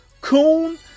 Coon